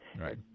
right